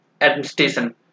administration